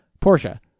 Portia